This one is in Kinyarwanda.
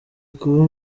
kuba